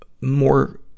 more